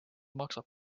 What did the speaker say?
maksab